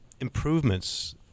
improvements